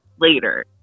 later